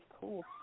cool